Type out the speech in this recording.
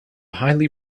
highly